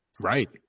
Right